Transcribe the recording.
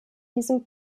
diesem